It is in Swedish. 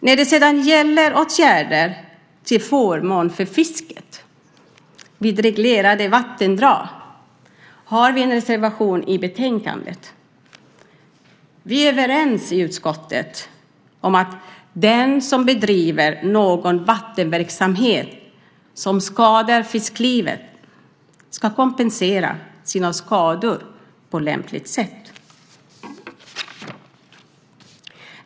När det sedan gäller åtgärder till förmån för fisket vid reglerade vattendrag har vi en reservation i betänkandet. Vi är överens i utskottet om att den som bedriver en vattenverksamhet som skadar fisklivet ska kompensera dessa skador på lämpligt sätt.